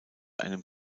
einem